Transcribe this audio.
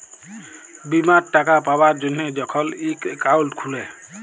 বীমার টাকা পাবার জ্যনহে যখল ইক একাউল্ট খুলে